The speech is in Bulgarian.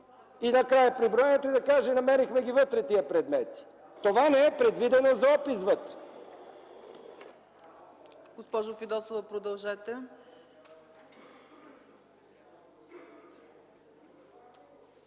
накрая при броенето и да каже: намерихме ги вътре тези предмети. Това не е предвидено за опис вътре.